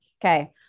Okay